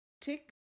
tick